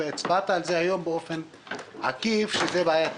הצבעת על זה באופן עקיף שזו בעיית